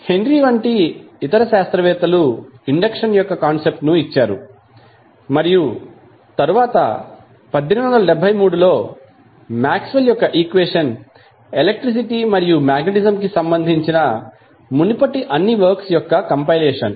henry వంటి ఇతర శాస్త్రవేత్తలు ఇండక్షన్ యొక్క కాన్సెప్ట్ ను ఇచ్చారు మరియు తరువాత 1873 లో మాక్స్వెల్ యొక్క ఈక్వేషన్ ఎలక్ట్రిసిటీ మరియు మాగ్నెటిజం కి సంబంధించిన మునుపటి అన్ని వర్క్స్ యొక్క కంపైలేషన్